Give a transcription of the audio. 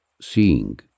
Seeing